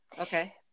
Okay